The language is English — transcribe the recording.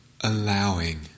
allowing